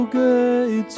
good